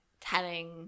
telling